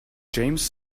james